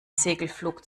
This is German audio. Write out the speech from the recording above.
segelflug